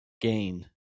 gain